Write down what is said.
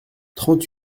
trente